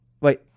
Wait